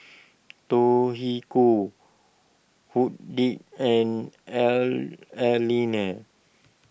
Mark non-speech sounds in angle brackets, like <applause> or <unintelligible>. <unintelligible> Judyth and <unintelligible> Erlene